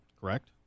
Correct